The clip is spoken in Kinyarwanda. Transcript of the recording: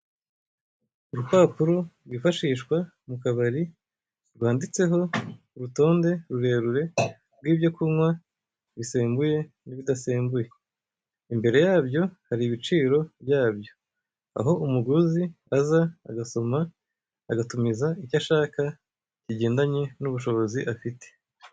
Urupapuro rwifashishwa mu kabari, rwanditseho urutonde rurerure rw'ibyo kunywa bisembuye n'ibidasembuye. Imbere yabyo hari ibiciro byabyo; aho umuguzi aza agasoma, agatumiza icyo ashaka bigendanye n'ubushobozi afite.